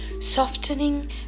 softening